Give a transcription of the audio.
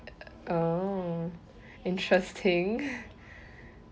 oh interesting